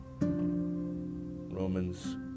Romans